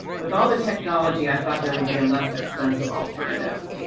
with all the technology i thought there would be a less expensive alternative.